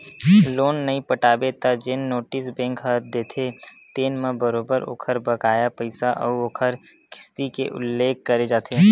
loan नइ पटाबे त जेन नोटिस बेंक ह देथे तेन म बरोबर ओखर बकाया पइसा अउ ओखर किस्ती के उल्लेख करे जाथे